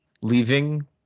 leaving